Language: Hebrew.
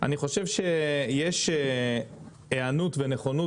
אני חושב שיש היענות ונכונות,